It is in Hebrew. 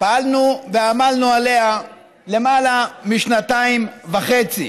פעלנו ועמלנו עליה למעלה משנתיים וחצי.